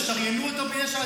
תשריינו אותו ביש עתיד.